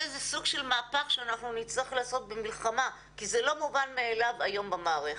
זה סוג של מהפך שנצטרך לעשות במלחמה כי זה לא מובן מאליו היום במערכת.